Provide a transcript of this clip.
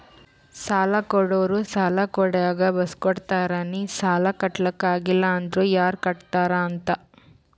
ಸಾಲಾ ಕೊಡೋರು ಸಾಲಾ ಕೊಡಾಗ್ ಬರ್ಸ್ಗೊತ್ತಾರ್ ನಿ ಸಾಲಾ ಕಟ್ಲಾಕ್ ಆಗಿಲ್ಲ ಅಂದುರ್ ಯಾರ್ ಕಟ್ಟತ್ತಾರ್ ಅಂತ್